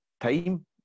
time